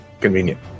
convenient